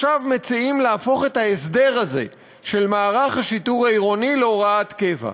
עכשיו מציעים להפוך את ההסדר הזה של מערך השיטור העירוני להוראת קבע.